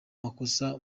makosa